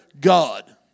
God